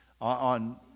on